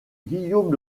guillaume